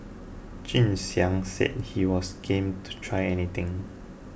Jun Xiang said he was game to try anything